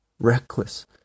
Reckless